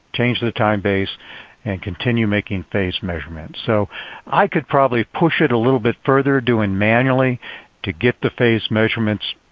change the timebase and continue making phase measurements. so i could probably push it a little bit further doing it manually to get the phase measurements